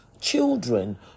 children